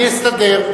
אני אסתדר.